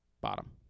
bottom